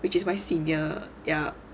which is my senior ya